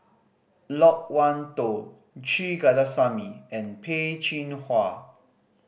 Loke Wan Tho Kandasamy and Peh Chin Hua